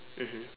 mmhmm